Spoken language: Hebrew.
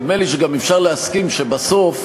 נדמה לי שגם אפשר להסכים שבסוף,